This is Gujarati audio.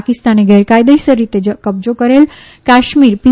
પાકિસ્તાને ગેરકાયદેસર રીતે કબજો કરેલ કાશ્મીર પી